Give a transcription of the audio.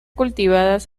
cultivadas